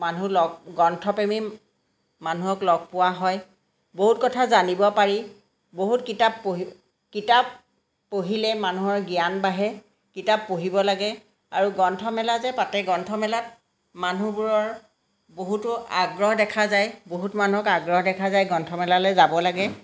মানুহ লগ গ্ৰন্থ প্ৰেমী মানুহক লগ পোৱা হয় বহুত কথা জানিব পাৰি বহুত কিতাপ পঢ়ি কিতাপ পঢ়িলে মানুহৰ জ্ঞান বাঢ়ে কিতাপ পঢ়িব লাগে আৰু গ্ৰন্থমেলা যে পাতে গ্ৰন্থমেলাত মানুহবোৰৰ বহুতো আগ্ৰহ দেখা যায় বহুত মানুহক আগ্ৰহ দেখা যায় গ্ৰন্থমেলালৈ যাব লাগে